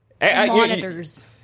Monitors